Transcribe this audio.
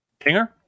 Kinger